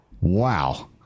Wow